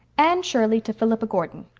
anne shirley to philippa gordon,